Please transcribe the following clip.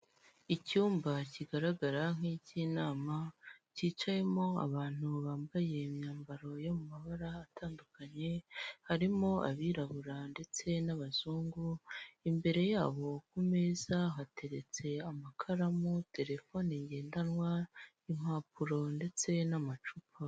Icyumba kigaragara nkicy'inama cyicayemo abantu bambaye imyambaro yo mu mabara atandukanye, harimo abirabura ndetse n'abazungu, imbere yabo ku meza hateretse amakaramu, telefoni ngendanwa, impapuro ndetse n'amacupa.